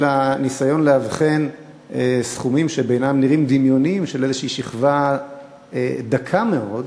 אלא ניסיון לאבחן סכומים שבעיני נראים דמיוניים של איזו שכבה דקה מאוד,